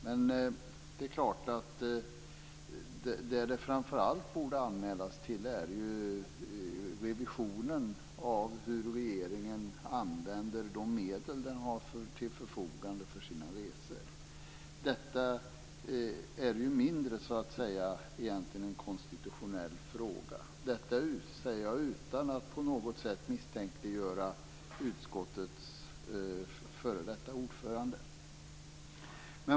Men det borde framför allt anmälas till revisionen av hur regeringen använder de medel som den har till förfogande för sina resor. Detta är mindre en konstitutionell fråga. Det säger jag utan att på något sätt misstänkliggöra utskottets f.d. ordförande.